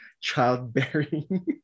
childbearing